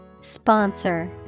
Sponsor